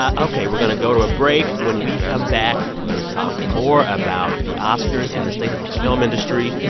ah ok, we're going to go to a break. when we come back, we're going to talk more about the oscars and the state of the film industry.